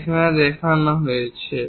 তা এখানে দেখানো হয়েছে